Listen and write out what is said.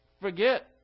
forget